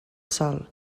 sòl